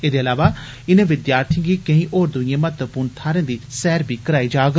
एदे इलावा इनें विद्यार्थियें गी केंई होर दुइएं महत्वपूर्ण थारें दी सैर बी कराई जाग